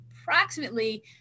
approximately